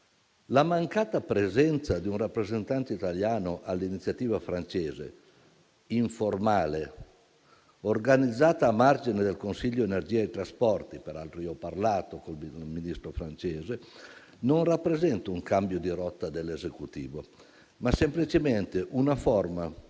La mancata presenza di un rappresentante italiano all'iniziativa francese, informale, organizzata a margine del Consiglio energia e trasporti - peraltro ho anche parlato con il Ministro francese - rappresenta non un cambio di rotta dell'Esecutivo, ma semplicemente una forma